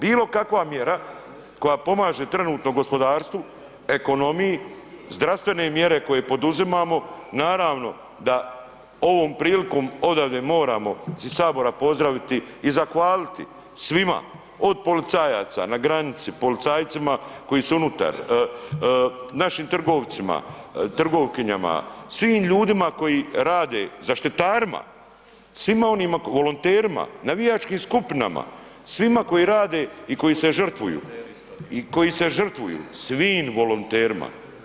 Bilo kakva mjera koja pomaže trenutno gospodarstvu, ekonomiji, zdravstvene mjere koje poduzimamo, naravno da ovom prilikom odavde moramo iz Sabora pozdraviti i zahvaliti svima, od policajaca na granici, policajcima koji su unutar, našim trgovcima, trgovkinjama, svim ljudima koji rade, zaštitarima, svima onima, volonterima, navijačkim skupinama, svima koji rade i koji se žrtvuju, i koji se žrtvuju, svim volonterima.